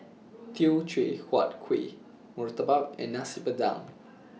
Teochew Huat Kuih Murtabak and Nasi Padang